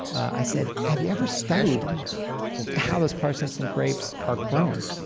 i said, have you ever studied how those parsnips and grapes are grown?